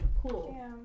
Cool